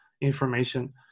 information